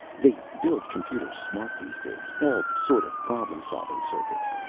they build computers smart these days, all sort of problem-solving circuits.